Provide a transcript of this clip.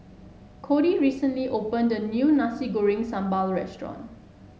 Cody recently opened a new Nasi Goreng Sambal Restaurant